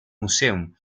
museum